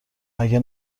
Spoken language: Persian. مگه